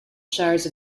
shires